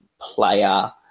player